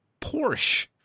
Porsche